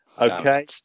okay